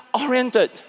oriented